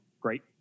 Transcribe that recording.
great